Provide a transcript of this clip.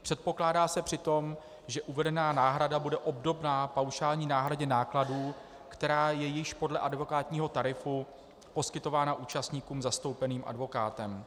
Předpokládá se přitom, že uvedená náhrada bude obdobná paušální náhradě nákladů, která je již podle advokátního tarifu poskytována účastníkům zastoupeným advokátem.